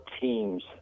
teams